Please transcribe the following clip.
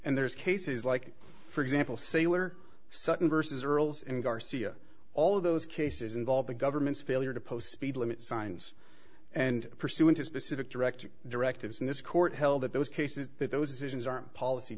and there's cases like for example sailor sutton versus earls and garcia all of those cases involve the government's failure to post speed limit signs and pursuant to specific direct directives and this court held that those cases those decisions are policy